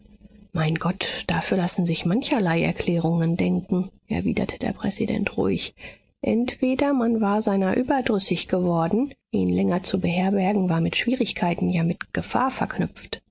mein gott dafür lassen sich mancherlei erklärungen denken erwiderte der präsident ruhig entweder man war seiner überdrüssig geworden ihn länger zu beherbergen war mit schwierigkeit ja mit gefahr verknüpft